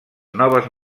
noves